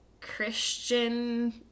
Christian